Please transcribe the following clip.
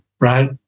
right